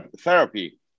therapy